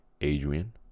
Adrian